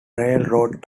railroad